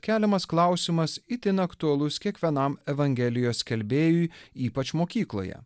keliamas klausimas itin aktualus kiekvienam evangelijos skelbėjui ypač mokykloje